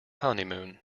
honeymoon